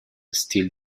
steel